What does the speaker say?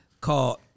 called